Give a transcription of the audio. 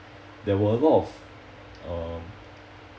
there were a lot of um